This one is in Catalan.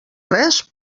res